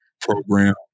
program